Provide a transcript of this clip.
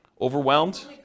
Overwhelmed